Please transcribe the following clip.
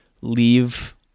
leave